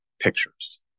pictures